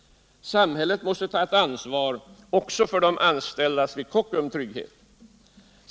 Samhället måste ta ett ansvar även för de anställdas vid Kockums trygghet.